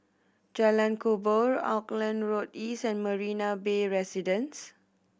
Jalan Kubor Auckland Road East and Marina Bay Residences